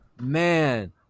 man